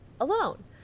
alone